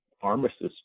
pharmacists